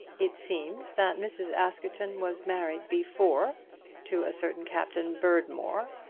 it seems that mrs. askerton was married before to a certain captain berdmore,